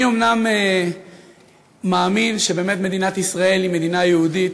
אני אומנם מאמין שמדינת ישראל היא מדינה יהודית,